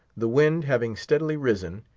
the wind having steadily risen,